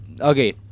Okay